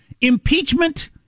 impeachment